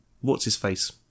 what's-his-face